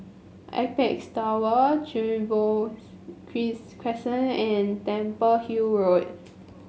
Apex Tower Trevose crease Crescent and Temple Hill Road